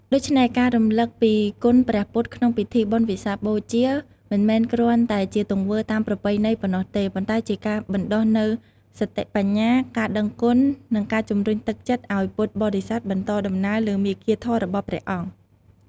ដូច្នេះ ការរំលឹកពីគុណព្រះពុទ្ធក្នុងពិធីបុណ្យវិសាខបូជា មិនមែនគ្រាន់តែជាទង្វើតាមប្រពៃណីប៉ុណ្ណោះទេ ប៉ុន្តែជាការបណ្ដុះនូវសតិបញ្ញា ការដឹងគុណ និងជាការជំរុញទឹកចិត្តឱ្យពុទ្ធបរិស័ទបន្តដំណើរលើមាគ៌ាធម៌របស់ព្រះអង្គ។